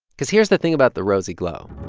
cause here's the thing about the rosy glow